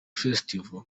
festival